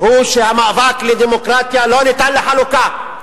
היא שהמאבק לדמוקרטיה לא ניתן לחלוקה.